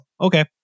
okay